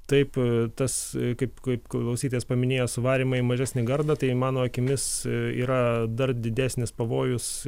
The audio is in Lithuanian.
taip tas kaip kaip klausytojas paminėjo suvarymą į mažesnį gardą tai mano akimis yra dar didesnis pavojus